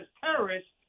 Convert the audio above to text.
terrorists